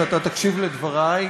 שאתה תקשיב לדברי,